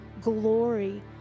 glory